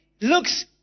looks